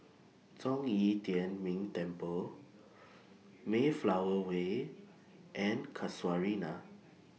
Zhong Yi Tian Ming Temple Mayflower Way and Casuarina